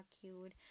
cute